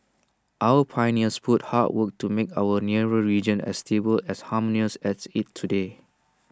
our pioneers put hard work to make our nearer region as stable as harmonious as IT today